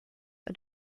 are